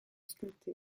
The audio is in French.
sculpté